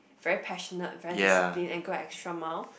very passionate very discipline and go extra mile